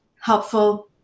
helpful